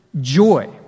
joy